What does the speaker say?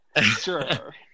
Sure